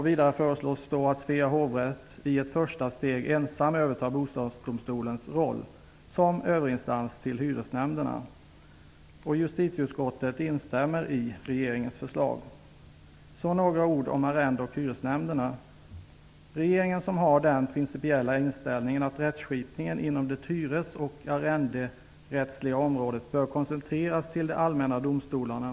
Vidare föreslås att Svea hovrätt i ett första steg ensam övertar Låt mig sedan säga några ord om arrende och hyresnämnderna. Regeringen har den principiella inställningen att rättsskipningen inom det hyresoch arrenderättsliga området bör koncentreras till de allmänna domstolarna.